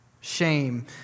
Shame